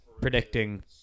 predicting